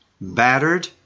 battered